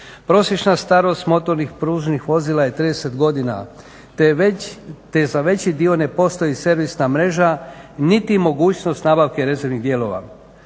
Prosječna starost motornih pružnih vozila je 30 godina te za veći dio ne postoji servisna mreža niti mogućnost nabavke rezervnih dijelova,